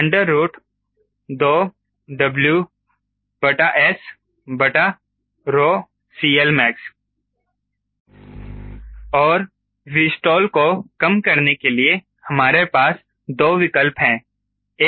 𝑉stall है 𝑉stall 2WSCLmax और 𝑉stall को कम करने के लिए हमारे पास दो विकल्प हैं